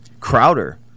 Crowder